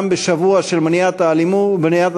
גם בשבוע של מניעת האלימות,